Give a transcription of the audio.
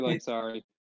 sorry